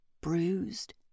bruised